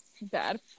bad